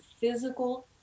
physical